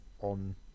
on